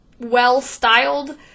well-styled